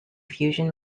fusion